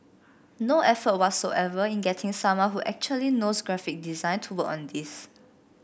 no effort whatsoever in getting someone who actually knows graphic design to work on this